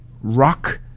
rock